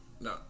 no